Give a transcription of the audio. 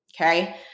Okay